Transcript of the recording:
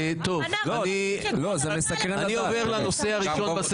אני עובר לנושא הראשון.